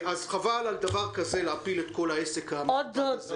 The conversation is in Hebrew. חבל על דבר כזה להפיל את כל העסק המפואר הזה.